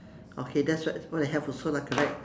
okay that's what what I have also lah correct